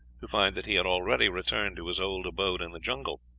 to find that he had already returned to his old abode in the jungle.